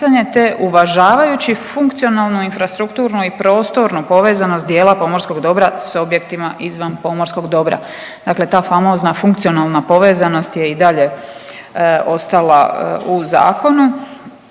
te uvažavajući funkcionalnu, infrastrukturnu i prostornu povezanost dijela pomorskog dobra s objektima izvan pomorskog dobra. Dakle, ta famozna funkcionalna povezanost je i dalje ostala u zakonu,